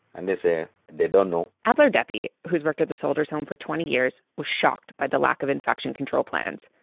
and they say they don't know ablordeppey, who's worked at the soldiers' home for twenty years, was shocked by the lack of infection control plans.